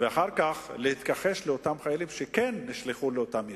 ואחר כך להתכחש לאותם חיילים שנשלחו לאותן יחידות.